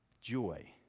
joy